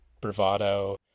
bravado